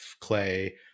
Clay